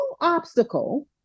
obstacle